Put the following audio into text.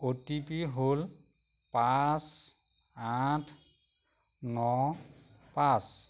অ' T P হ 'ল পাঁচ আঠ ন পাঁচ